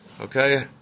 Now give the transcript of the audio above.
Okay